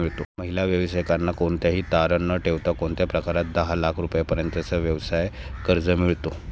महिला व्यावसायिकांना कोणतेही तारण न ठेवता कोणत्या प्रकारात दहा लाख रुपयांपर्यंतचे व्यवसाय कर्ज मिळतो?